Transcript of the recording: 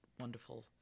wonderful